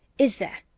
is there?